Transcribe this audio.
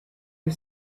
you